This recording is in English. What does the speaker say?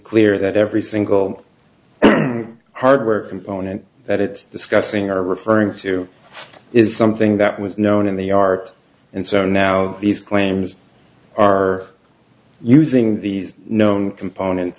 clear that every single hardware component that it's discussing are referring to is something that was known in the art and so now these claims are using these known component